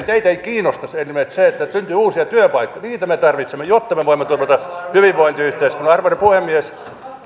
teitä ei kiinnosta esimerkiksi se että että syntyy uusia työpaikkoja niitä me tarvitsemme jotta me voimme turvata hyvinvointiyhteiskunnan arvoisa puhemies